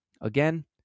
Again